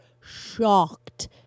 shocked